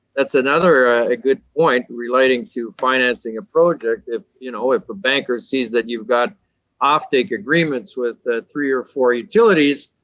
that's another ah good point relating to financing a project, if you know if the banker sees that you've got off-take agreements with three or four utilities,